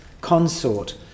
consort